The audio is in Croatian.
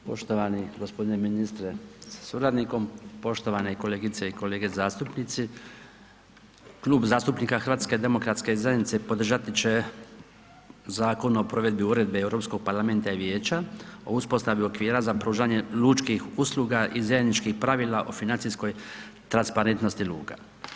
Poštovani g. ministre sa suradnikom, poštovane kolegice i kolege zastupnici, Klub zastupnika HDZ-a podržati će Zakon o provedbi uredbe Europskog parlamenta i vijeća o uspostavi okvira za pružanje lučkih usluga i zajedničkih pravila o financijskoj transparentnosti luka.